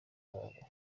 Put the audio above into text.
babafata